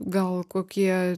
gal kokie